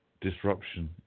disruption